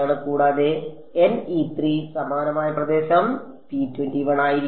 കൂടാതെ സമാനമായ പ്രദേശം ശരിയാകും